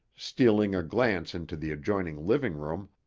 stealing a glance into the adjoining living room,